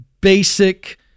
basic